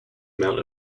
amount